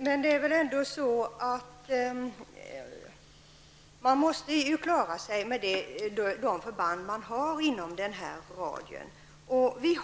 Herr talman! Men man måste ju klara sig med de förband som finns inom femmilsradien. Där finns